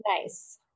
Nice